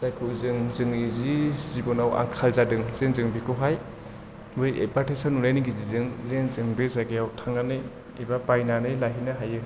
जायखौ जों जोंनि जि जिबनाव आंखाल जादों जोंजों बेखौहाय बै एडभार्टाइजआव नुनायनि गेजेरजों जों बे जायगायाव थांनानै एबा बायनानै लाहैनो हायो